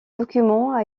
document